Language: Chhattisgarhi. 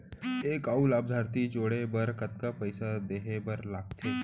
एक अऊ लाभार्थी जोड़े बर कतका पइसा देहे बर लागथे?